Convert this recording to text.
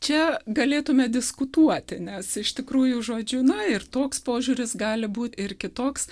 čia galėtume diskutuoti nes iš tikrųjų žodžių na ir toks požiūris gali būt ir kitoks